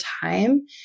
time